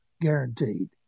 guaranteed